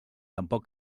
tampoc